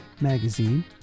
magazine